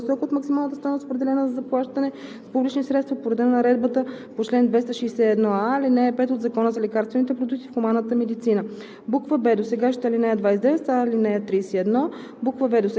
и на притежателите на разрешение за търговия на дребно за лекарствените продукти стойност, която е по-висока от максималната стойност, определена за заплащане с публични средства по реда на наредбата по чл. 261а, ал. 5 от Закона за лекарствените продукти в хуманната медицина.“;